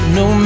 no